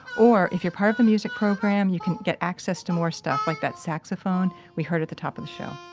or, if you're part of a music program, you can get access to more stuff, like that saxophone we heard at the top of the show